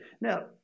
Now